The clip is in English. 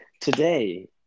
Today